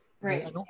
Right